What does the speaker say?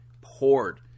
poured